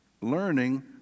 learning